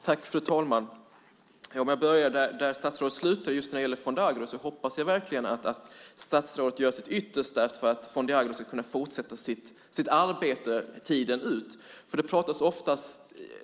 Fru talman! För att börja där statsrådet slutade just när det gäller Fonde Agro hoppas jag verkligen att statsrådet gör sitt yttersta för att Fonde Agro ska kunna fortsätta sitt arbete tiden ut.